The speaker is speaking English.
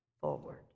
forward